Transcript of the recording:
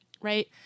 right